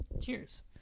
Cheers